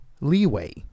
leeway